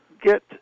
get